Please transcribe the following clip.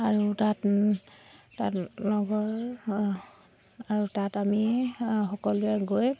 আৰু তাত তাত লগৰ আৰু তাত আমি সকলোৱে গৈ